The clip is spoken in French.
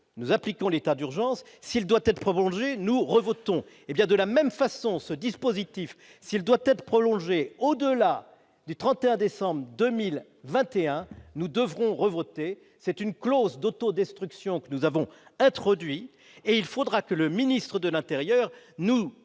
nous appliquons l'état d'urgence s'il doit être prolongée nous revote, on est bien de la même façon, ce dispositif s'il doit être prolongée au-delà du 31 décembre 2021, nous devrons revoter c'est une clause d'auto-destruction que nous avons introduit et il faudra que le ministre de l'Intérieur nous